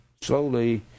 slowly